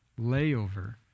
layover